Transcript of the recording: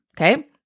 Okay